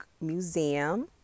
museum